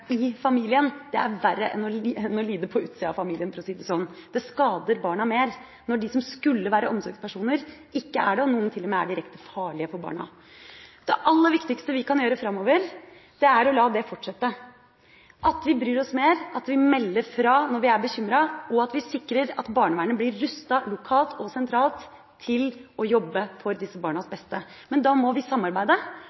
i familien er verre enn å lide på utsida av familien, for å si det slik. Det skader barna mer når de som skulle vært omsorgspersoner, ikke er det, og noen er til og med direkte farlige for barna. Det aller viktigste vi kan gjøre framover, er å la det fortsette: Vi må bry oss mer, vi må melde fra når vi er bekymret, og vi må sikre at barnevernet blir rustet – lokalt og sentralt – til å jobbe for disse barnas